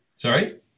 Sorry